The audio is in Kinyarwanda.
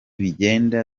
bigenda